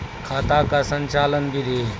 खाता का संचालन बिधि?